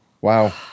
Wow